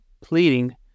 pleading